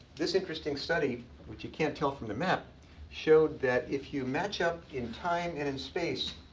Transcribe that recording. this interesting study which you can't tell from the map showed that if you match up in time, and in space,